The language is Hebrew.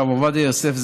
הרב עובדיה יוסף,